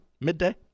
Midday